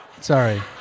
Sorry